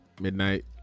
midnight